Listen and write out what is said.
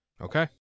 okay